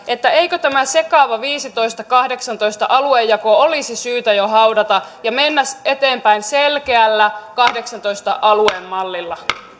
eikö tämä sekava viisitoista kautta kahdeksantoista aluejako olisi syytä jo haudata ja mennä eteenpäin selkeällä kahdeksaantoista alueen mallilla